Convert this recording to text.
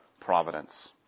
providence